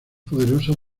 poderosa